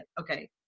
Okay